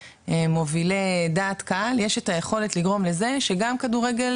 כמובילי דעת קהל יש את היכולת לגורם לזה שגם כדורגל